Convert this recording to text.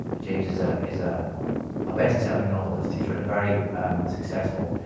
james is ah is ah a best-selling novelist. he's written a very successful,